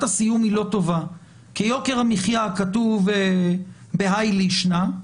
הסיום היא לא טובה כי יוקר המחיה כתוב בהאי לישנא,